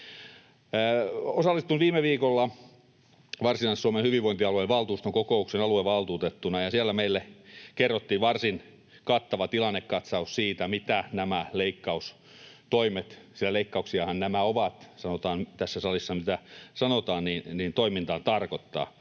Osallistuin viime viikolla Varsinais-Suomen hyvinvointialueen valtuuston kokoukseen aluevaltuutettuna, ja siellä meille annettiin varsin kattava tilannekatsaus siitä, mitä nämä leikkaustoimet ovat — sillä leikkauksiahan nämä ovat, sanotaan tässä salissa nyt mitä sanotaan — ja mitä nämä toimintaan tarkoittavat.